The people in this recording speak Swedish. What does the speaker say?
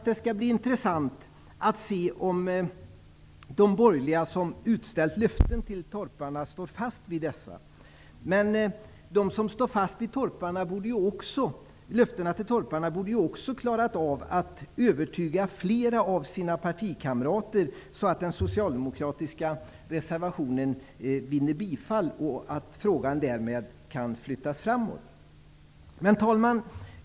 Det skall bli intressant att se om de borgerliga som utställt löften till torparna står fast vid dessa löften. Men de som står fast vid löftena till torparna borde också klara av att övertyga fler av sina partikamrater, så att den socialdemokratiska reservationen vinner bifall och frågan därmed flyttas framåt. Herr talman!